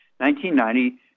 1990